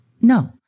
No